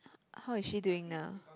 how is she doing now